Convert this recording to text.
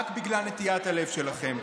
רק בגלל נטיית הלב שלכם.